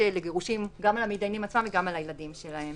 לגירושים גם על המתדיינים עצמם וגם על הילדים שלהם.